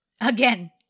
Again